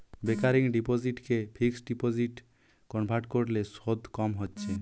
recurring ডিপোসিটকে fixed ডিপোজিটে convert কোরলে শুধ কম হচ্ছে